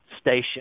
station